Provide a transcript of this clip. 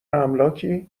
املاکی